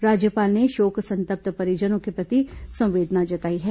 राज्यपाल ने शोक संतप्त परिजनों के प्रति संवेदना जताई है